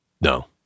No